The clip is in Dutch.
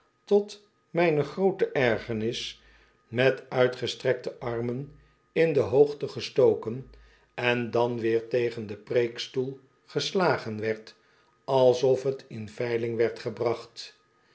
tot mijne groote ergernis met uitgestrekte armen in de hoogte gestoken en dan weer tegen den preekstoel geslagen werd alsof t in veiling werd gebracht